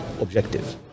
objective